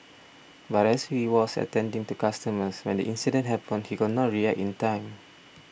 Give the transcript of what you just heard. but as he was attending to customers when the incident happened he could not react in time